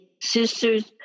sisters